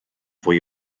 fwy